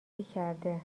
کرده